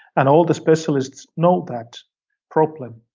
and all the specialists know that problem,